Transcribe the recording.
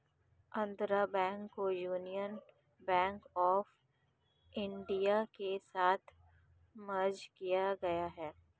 Andhra bank को union bank of India के साथ मर्ज किया गया है